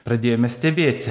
pradėjome stebėti